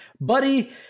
buddy